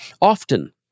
Often